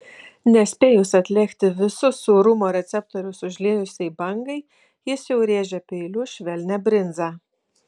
nespėjus atlėgti visus sūrumo receptorius užliejusiai bangai jis jau rėžia peiliu švelnią brinzą